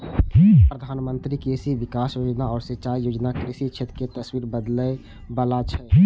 प्रधानमंत्री कृषि विकास योजना आ सिंचाई योजना कृषि क्षेत्र के तस्वीर बदलै बला छै